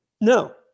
No